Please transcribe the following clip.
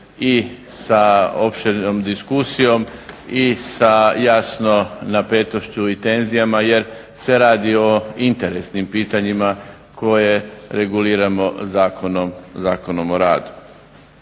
i sa opširnom diskusijom i sa jasno napetošću i tenzijama jer se radi o interesnim pitanjima koje reguliramo Zakonom o radu.